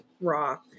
raw